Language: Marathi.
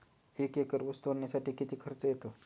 एक एकर ऊस तोडणीसाठी किती खर्च येतो?